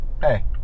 Hey